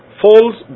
falls